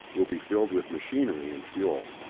will be filled with machinery and fuel.